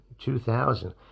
2000